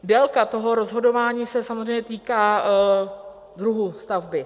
Délka toho rozhodování se samozřejmě týká druhu stavby.